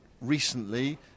recently